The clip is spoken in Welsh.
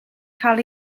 cael